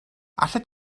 allet